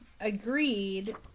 Agreed